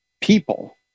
people